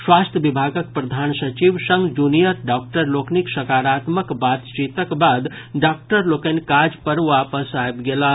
स्वास्थ्य विभागक प्रधान सचिव संग जूनियर डॉक्टर लोकनिक सकारात्मक बातचीतक बाद डॉक्टर लोकनि काज पर वापस आबि गेलाह